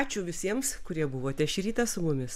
ačiū visiems kurie buvote šį rytą su mumis